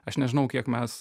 aš nežinau kiek mes